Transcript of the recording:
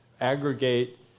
aggregate